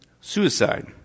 Suicide